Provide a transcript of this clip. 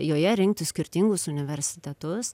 joje rinktis skirtingus universitetus